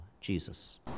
Jesus